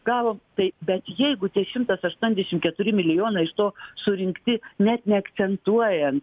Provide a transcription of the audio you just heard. gal tai bet jeigu tie šimtas aštuoniasdešimt keturi milijonai iš to surinkti net neakcentuojant